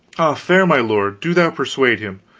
fair my lord, do thou persuade him!